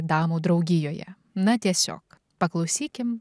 damų draugijoje na tiesiog paklausykim